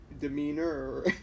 demeanor